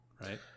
right